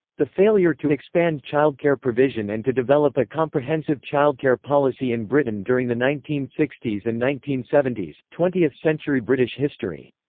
the failure to expand childcare provision and to develop a comprehensive childcare policy in britain during the nineteen sixty s and nineteen seventy s. twentieth century british history.